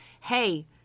hey